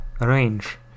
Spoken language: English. Range